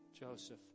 Joseph